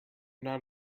not